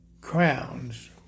crowns